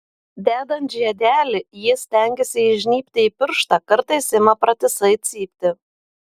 dedant žiedelį ji stengiasi įžnybti į pirštą kartais ima pratisai cypti